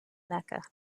mecca